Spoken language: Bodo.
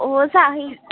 अ जाहै